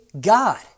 God